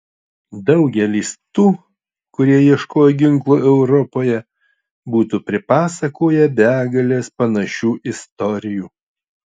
daugelis tų kurie ieškojo ginklų europoje būtų pripasakoję begales panašių istorijų